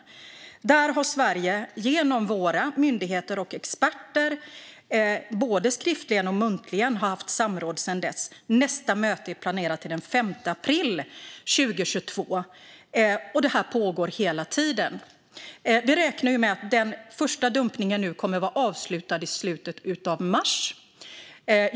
Sverige har sedan dess genom våra myndigheter och experter, både skriftligen och muntligen, haft samråd. Nästa möte är planerat till den 5 april 2022. Det här pågår hela tiden. Vi räknar med att den första dumpningen kommer att vara avslutad i slutet av mars.